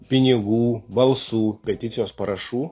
pinigų balsų peticijos parašų